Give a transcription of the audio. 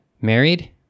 married